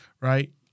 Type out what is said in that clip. Right